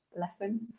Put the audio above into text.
lesson